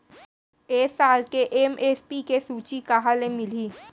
ए साल के एम.एस.पी के सूची कहाँ ले मिलही?